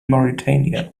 mauritania